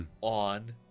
on